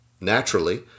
naturally